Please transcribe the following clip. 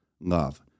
love